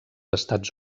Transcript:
estats